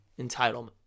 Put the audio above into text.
entitlement